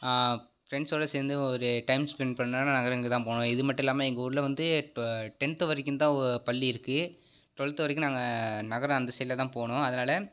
ஃப்ரெண்ட்ஸோடு சேர்ந்து ஒரு டைம் ஸ்பென்ட் பண்ணுன்னா நா நகரங்களுக்கு தான் போவேன் இது மட்டும் இல்லாமல் எங்கள் ஊரில் வந்து டொ டென்த்து வரைக்கும் தான் ஓ பள்ளி இருக்கும் டுவெல்த்து வரைக்கும் நாங்கள் நகரம் அந்த சைடில் தான் போகணும் அதனால்